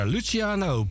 Luciano